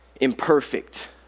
imperfect